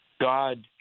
God